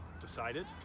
decided